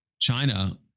China